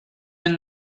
and